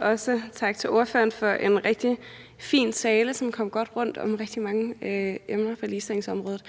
og også tak til ordføreren for en rigtig fin tale, som kom godt rundt om rigtig mange emner på ligestillingsområdet.